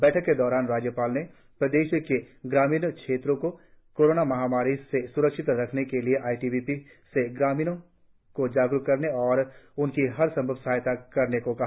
बैठक के दौरान राज्यपाल ने प्रदेश के ग्रामीण क्षेत्रों को कोरोना महामारी से स्रक्षित रखने के लिए आई टी बी पी से ग्रामीणों को जागरुक करने और उनकी हर संभव सहायता करने को कहा